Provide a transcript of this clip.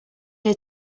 here